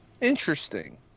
Interesting